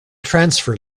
transfer